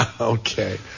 Okay